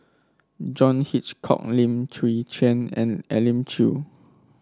John Hitchcock Lim Chwee Chian and Elim Chew